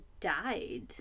died